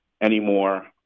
anymore